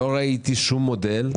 לא ראיתי שום מודל,